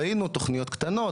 ראינו תוכניות קטנות,